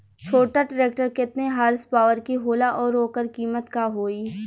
छोटा ट्रेक्टर केतने हॉर्सपावर के होला और ओकर कीमत का होई?